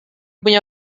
punya